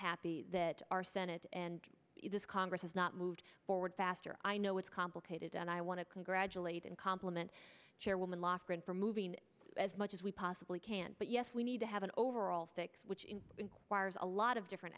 happy that our senate and this congress has not moved forward faster i know it's complicated and i want to congratulate and compliment chairwoman lofgren for moving as much as we possibly can but yes we need to have an overall fix which inquires a lot of different